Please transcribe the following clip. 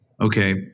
Okay